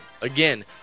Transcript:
Again